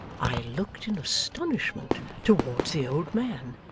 i looked in astonishment towards the old man,